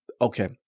okay